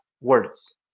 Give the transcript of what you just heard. words